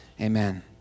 Amen